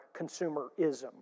consumerism